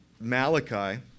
Malachi